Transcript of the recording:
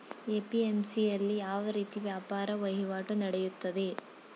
APMC ಯಲ್ಲಿ ಯಾವ ರೀತಿ ವ್ಯಾಪಾರ ವಹಿವಾಟು ನೆಡೆಯುತ್ತದೆ?